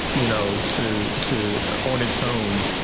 you know, to to own its own,